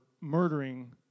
murdering